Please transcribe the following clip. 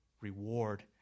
reward